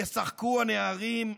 ישחקו הנערים'.